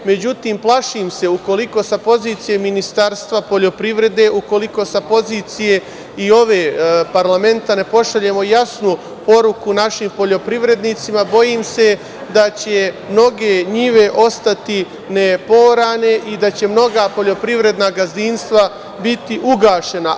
Međutim, plašim se ukoliko sa pozicije Ministarstva poljoprivrede, ukoliko sa pozicije i ovog parlamenta ne pošaljemo jasnu poruku našim poljoprivrednicima, bojim se da će mnoge njive ostati ne poorane i da će mnoga poljoprivredna gazdinstva biti ugašena.